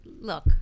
look